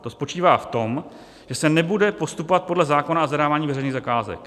To spočívá v tom, že se nebude postupovat podle zákona o zadávání veřejných zakázek.